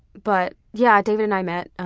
but yeah, david and i met,